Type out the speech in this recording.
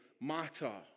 matter